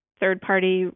third-party